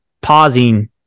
pausing